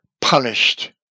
punished